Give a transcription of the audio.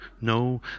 no